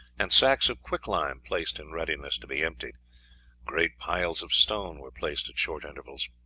and sacks of quicklime placed in readiness to be emptied great piles of stone were placed at short intervals.